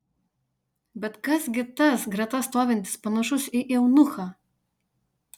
bet kas gi tas greta stovintis panašus į eunuchą